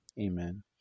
Amen